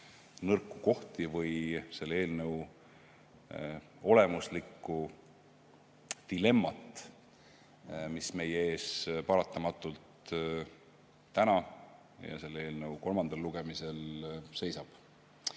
nõrku kohti või selle eelnõu olemuslikku dilemmat, mis meie ees paratamatult täna ja selle eelnõu kolmandal lugemisel seisab. Seal